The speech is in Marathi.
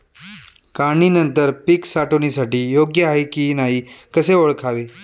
काढणी नंतर पीक साठवणीसाठी योग्य आहे की नाही कसे ओळखावे?